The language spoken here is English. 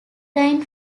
rhine